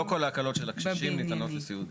לא כל ההקלות של הקשישים ניתנות לסיעודי.